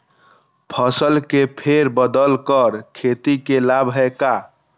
फसल के फेर बदल कर खेती के लाभ है का?